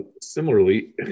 similarly